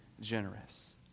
generous